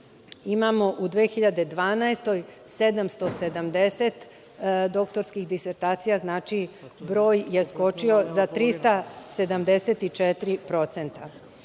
imamo u 2012. godini 770 doktorskih disertacija, znači broj je skočio za 374